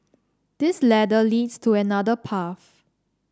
this ladder leads to another path